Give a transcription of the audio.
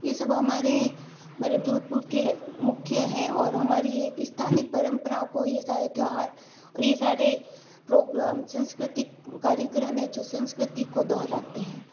ये सब हमारे मतलब जोधपुर के मुख्य हैं और हमारी ये स्थानीय परंपराओं को ये सारे त्यौहार और ये सारे प्रोग्राम सांस्कृतिक कार्यक्रम है जो संस्कृति को दोहराते हैं